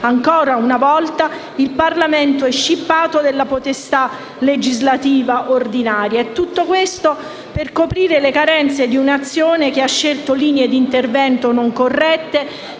ancora una volta il Parlamento è scippato della potestà legislativa ordinaria. E tutto questo per coprire le carenze di un'azione che ha scelto linee di intervento non corrette,